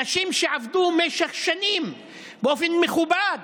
אנשים שעבדו במשך שנים באופן מכובד